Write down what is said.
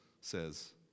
says